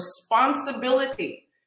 responsibility